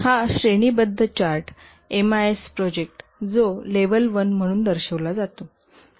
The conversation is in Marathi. हा श्रेणीबद्ध चार्ट एमआयएस प्रोजेक्ट जो लेव्हल 1 म्हणून दर्शविला जातो